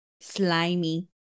slimy